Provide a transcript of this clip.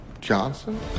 Johnson